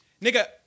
Nigga